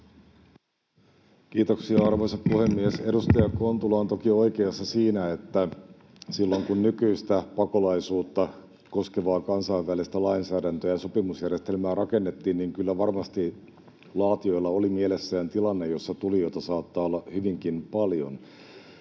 Kiitoksia, arvoisa puhemies! Edustaja Kontula on toki oikeassa siinä, että silloin kun nykyistä pakolaisuutta koskevaa kansainvälistä lainsäädäntöä ja sopimusjärjestelmää rakennettiin, niin kyllä varmasti laatijoilla oli mielessään tilanne, jossa tulijoita saattaa olla hyvinkin paljon,